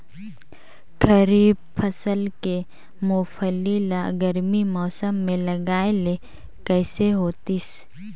खरीफ फसल के मुंगफली ला गरमी मौसम मे लगाय ले कइसे होतिस?